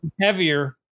heavier